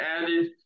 added